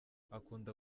akunda